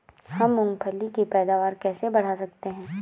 हम मूंगफली की पैदावार कैसे बढ़ा सकते हैं?